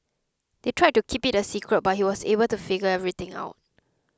they tried to keep it a secret but he was able to figure everything out